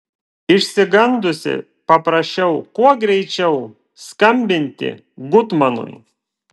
išsigandusi paprašiau kuo greičiau skambinti gutmanui